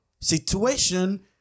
situation